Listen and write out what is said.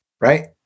right